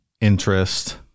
interest